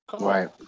Right